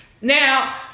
Now